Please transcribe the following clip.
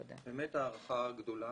באמת הערכה גדולה.